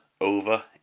over